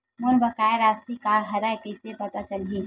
मोर बकाया राशि का हरय कइसे पता चलहि?